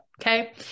Okay